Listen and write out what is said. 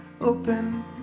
open